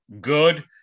good